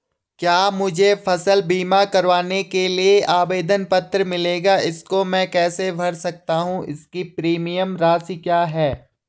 क्या मुझे फसल बीमा करवाने के लिए आवेदन पत्र मिलेगा इसको मैं कैसे भर सकता हूँ इसकी प्रीमियम राशि क्या है?